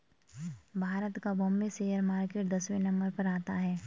भारत का Bombay share market दसवें number पर आता है